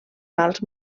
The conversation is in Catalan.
mals